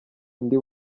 undi